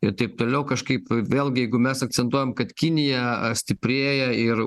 ir taip toliau kažkaip vėlgi jeigu mes akcentuojam kad kinija stiprėja ir